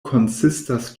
konsistas